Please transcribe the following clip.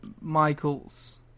Michaels